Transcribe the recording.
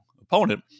opponent